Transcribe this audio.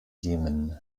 jemen